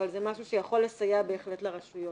אבל זה משהו שיכול לסייע בהחלט לרשויות.